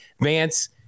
Vance